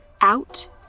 Out